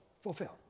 fulfill